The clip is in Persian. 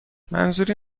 منظوری